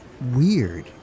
weird